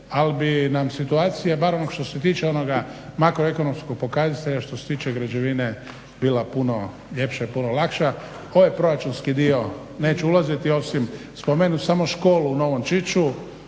ali bi nam situacija barem što se tiče onoga makroekonomskog pokazatelja, što se tiče građevine bila puno ljepša, puno lakša. U ovaj proračunski dio neću ulaziti, osim spomenut samo školu u Novom Čiču